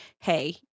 hey